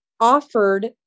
offered